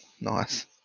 Nice